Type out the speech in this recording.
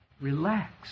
Relax